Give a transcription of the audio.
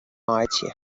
meitsje